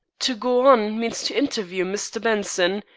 to go on means to interview mr. benson,